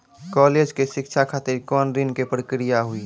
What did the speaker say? College के शिक्षा खातिर कौन ऋण के प्रक्रिया हुई?